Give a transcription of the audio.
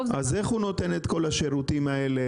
אז איך הוא נותן את כל השירותים האלה?